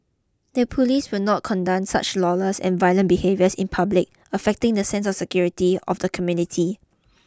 the police will not condone such lawless and violent behaviours in public affecting the sense of security of the community